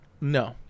No